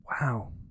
Wow